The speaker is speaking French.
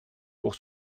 pour